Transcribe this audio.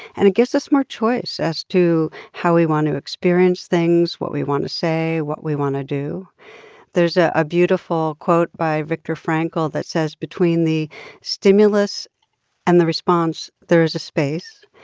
and it gives us more choice as to how we want to experience things, what we want to say, what we want to do there's ah a beautiful quote by viktor frankl that says, between the stimulus and the response, there is a space.